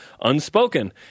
unspoken